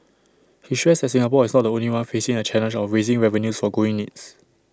he stressed that Singapore is not the only one facing the challenge of raising revenues for growing needs